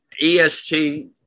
est